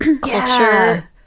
culture